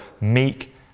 meek